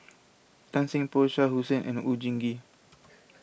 Tan Seng Poh Shah Hussain and Oon Jin Gee